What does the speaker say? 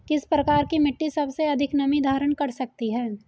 किस प्रकार की मिट्टी सबसे अधिक नमी धारण कर सकती है?